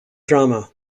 drama